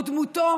דמותו,